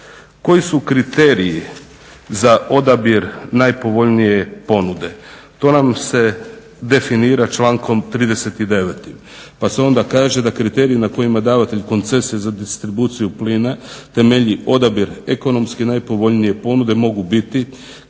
Koji su kriteriji za odabir najpovoljnije ponude? To nam se definira člankom 39. pa se onda kaže da kriteriji na kojima davatelj koncesije za distribuciju plina temelji odabir ekonomski najpovoljnije ponude mogu biti